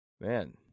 Man